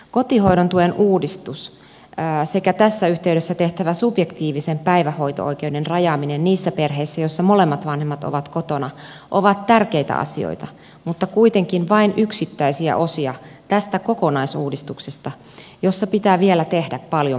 kotihoidon tuen uudistus sekä tässä yhteydessä tehtävä subjektiivisen päivähoito oikeuden rajaaminen niissä perheissä joissa molemmat vanhemmat ovat kotona ovat tärkeitä asioita mutta kuitenkin vain yksittäisiä osia tästä kokonaisuudistuksesta jossa pitää vielä tehdä paljon muutakin